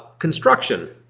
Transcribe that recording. construction.